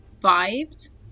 vibes